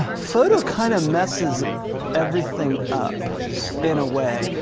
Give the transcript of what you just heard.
photo kind of messes everything up in a way.